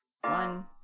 One